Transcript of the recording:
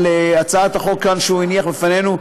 על הצעת החוק שהוא הניח בפנינו,